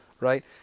right